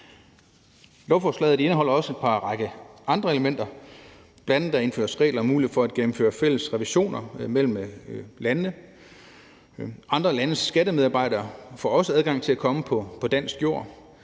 Lovforslaget indeholder også en række andre elementer. Der indføres bl.a. regler om mulighed for at gennemføre fælles revisioner mellem landene. Andre landes skattemedarbejdere får også adgang til at komme ind på dansk jord.